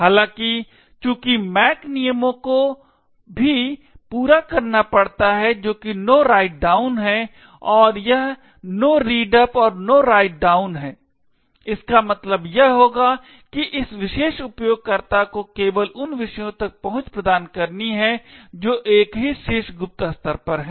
हालांकि चूंकि MAC नियमों को भी पूरा करना पड़ता है जो कि No Write Down है और यहNo Read Up और No Write Down इसका मतलब यह होगा कि इस विशेष उपयोगकर्ता को केवल उन विषयों तक पहुंच प्रदान करनी है जो एक ही शीर्ष गुप्त स्तर पर हैं